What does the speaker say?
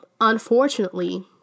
unfortunately